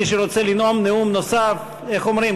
מי שרוצה לנאום נאום נוסף, איך אומרים?